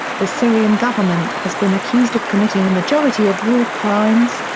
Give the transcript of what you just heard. the syrian government has been accused of committing the majority of war crimes,